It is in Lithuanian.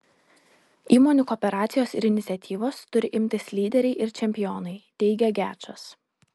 įmonių kooperacijos iniciatyvos turi imtis lyderiai ir čempionai teigia gečas